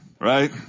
right